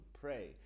pray